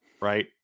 Right